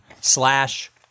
slash